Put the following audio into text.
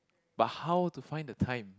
but how to find the time